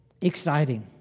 Exciting